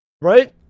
Right